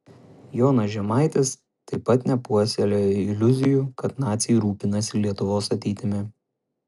jonas žemaitis taip pat nepuoselėjo iliuzijų kad naciai rūpinasi lietuvos ateitimi